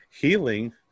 healing